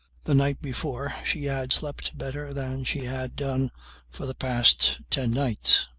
the night before she had slept better than she had done for the past ten nights.